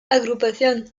agrupación